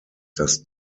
das